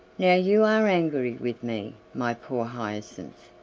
now you are angry with me, my poor hyacinth,